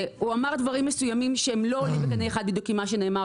הוא אמר דברים מסוימים שהם לא עולים בקנה אחד בדיוק עם מה שנאמר